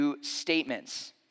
statements